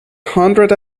hundred